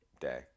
day